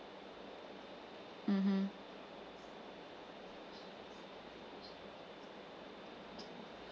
mmhmm